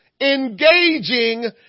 engaging